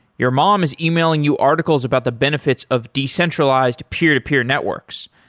your mom is emailing you articles about the benefits of decentralized peer-to-peer networks.